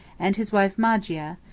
and his wife magia,